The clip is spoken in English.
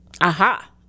Aha